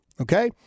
Okay